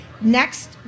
Next